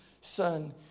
son